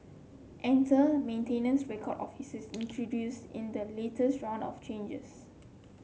enter maintenance record officers introduced in the latest round of changes